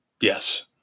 yes